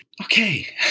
okay